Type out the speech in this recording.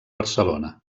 barcelona